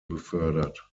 befördert